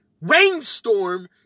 rainstorm